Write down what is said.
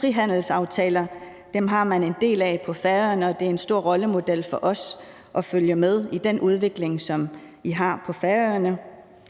frihandelsaftaler. Dem har de en del af på Færøerne, og de er en stor rollemodel for os, og vi følger derfor med i den udvikling, som de har på Færøerne.